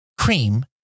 cream